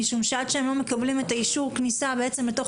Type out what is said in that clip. משום שעד שהם לא מקבלים את אישור הכניסה לתוך